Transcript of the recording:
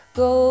go